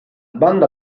banda